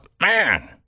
Man